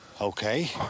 Okay